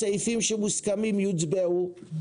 סעיפים שמוסכמים יוצבעו.